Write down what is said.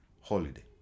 holiday